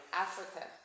Africa